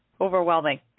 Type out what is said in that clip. overwhelming